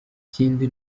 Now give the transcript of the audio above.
ikindi